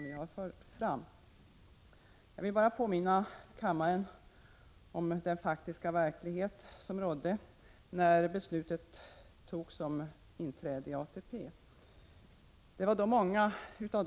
Jag vill bara påminna kammaren om den faktiska verklighet som rådde när beslutet togs om inträde i ATP.